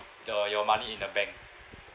uh your money in a bank